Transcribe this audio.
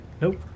Nope